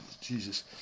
Jesus